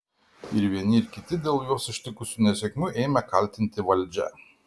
ir vieni ir kiti dėl juos ištikusių nesėkmių ėmė kaltinti valdžią